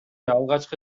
алгачкы